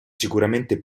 sicuramente